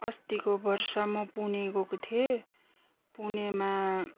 अस्तिको वर्ष म पुणे गएको थिएँ पुणेमा